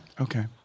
Okay